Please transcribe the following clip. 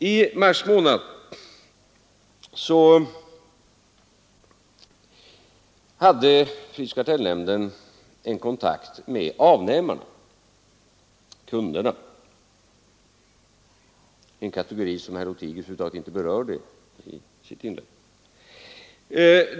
I mars månad hade prisoch kartellnämnden en kontakt med avnämarna — kunderna — en kategori som herr Lothigius över huvud taget inte berörde i sitt inlägg.